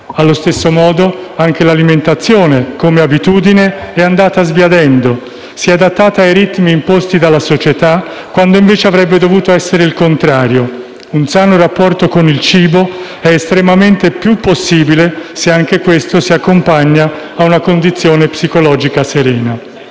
Allo stesso modo, anche l'alimentazione come abitudine è andata sbiadendo, si è adattata ai ritmi imposti dalla società, quando invece avrebbe dovuto essere il contrario. Un sano rapporto con il cibo è estremamente più possibile se anche questo si accompagna a una condizione psicologica serena.